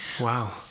Wow